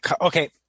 Okay